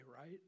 right